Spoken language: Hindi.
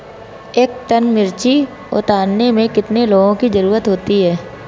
एक टन मिर्ची उतारने में कितने लोगों की ज़रुरत होती है?